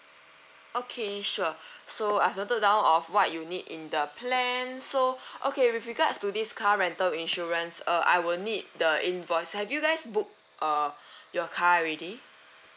okay sure so I've noted down of what you need in the plan so okay with regards to this car rental insurance uh I will need the invoice have you guys book uh your car already